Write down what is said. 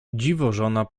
dziwożona